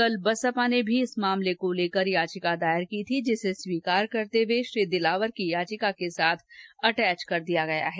कल बसपा ने भी इस मामले को लेकर याचिका दायर की थी जिसे स्वीकर करते हुए श्री दिलावर की याचिका के साथ अटैच कर दिया गया है